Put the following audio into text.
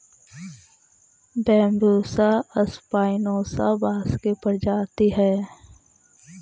Bambusa spinosa बाँस के प्रजाति हइ